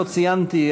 לא ציינתי,